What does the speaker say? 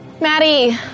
Maddie